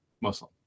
Muslim